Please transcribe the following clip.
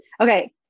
Okay